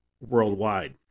worldwide